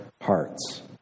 hearts